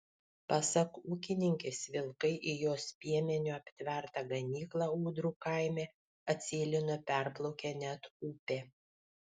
pasak ūkininkės vilkai į jos piemeniu aptvertą ganyklą ūdrų kaime atsėlino perplaukę net upę